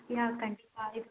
யா கண்டிப்பாக இருக்கும்